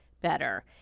better